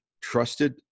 trusted